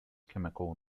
chemical